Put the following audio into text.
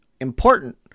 important